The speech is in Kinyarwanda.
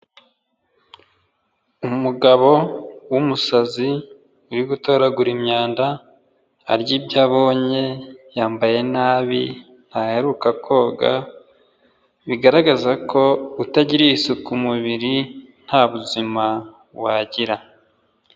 Umugabo w'umusazi uri gutoragura imyanda arya ibyo abonye, yambaye nabi, ntaheruka koga bigaragaza ko utagiriye isuku umubiri nta buzima wagira.